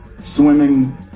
swimming